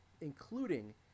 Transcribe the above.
including